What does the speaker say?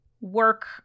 work